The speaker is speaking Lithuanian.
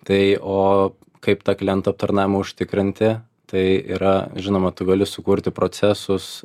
tai o kaip tą kliento aptarnavimą užtikrinti tai yra žinoma tu gali sukurti procesus